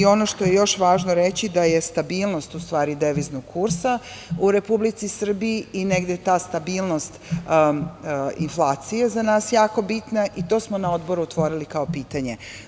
Ono što je još važno reći da je stabilnost deviznog kursa u Republici Srbiji i negde ta stabilnost inflacije za nas jako bitna i to smo na Odboru otvorili kao pitanje.